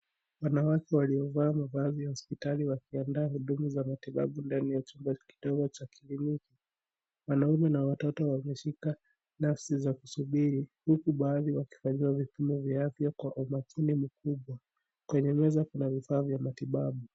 Wanawake waliovaa mavazi ya hospitali wakiandaa huduma za matibabu ndani ya chumba kidogo cha kliniki. Wanaume na watoto wameshika nafsi za kusubiri huku baadhi wakifanyiaa vipimo vya afya kwa mashine mkubwa . Kwenye meza kuna vifaa vya matibabu.